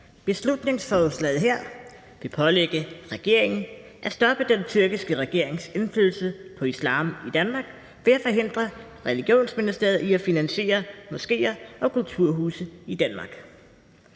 Beslutningsforslaget her vil pålægge regeringen at stoppe den tyrkiske regerings indflydelse på islam i Danmark ved at forhindre religionsministeriet i at finansiere moskéer og kulturhuse i Danmark.